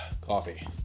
Coffee